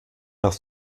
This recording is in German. nach